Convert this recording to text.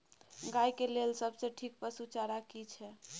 गाय के लेल सबसे ठीक पसु चारा की छै?